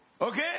okay